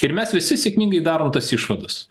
ir mes visi sėkmingai darom tas išvadas